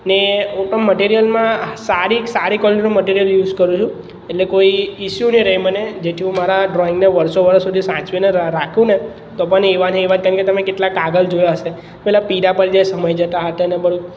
ને કોઈ પણ મટિરિયલમાં સારી સારી ક્વૉલિટીનું મટિરિયલ યુસ કરું છું એટલે કોઈ ઇસ્યુ નહીં રહે મને જેથી હું મારા ડ્રોઈંગને વરસો વરસ સુધી સાચવીને રાખું ને તો પણ એ એવાં ને એવાં કેમકે તમે કેટલાક કાગળ જોયા હશે પેલા પીળા પડી જાય સમય જતાં તેના પર